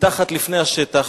מתחת לפני השטח,